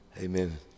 Amen